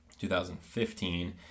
2015